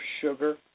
sugar